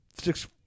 six